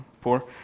four